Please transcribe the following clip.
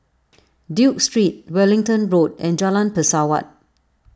Duke Street Wellington Road and Jalan Pesawat